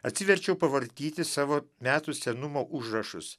atsiverčiau pavartyti savo metų senumo užrašus